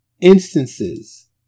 Instances